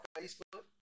Facebook